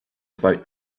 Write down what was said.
about